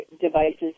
devices